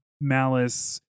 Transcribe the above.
malice